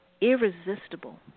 irresistible